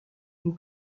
une